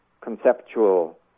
conceptual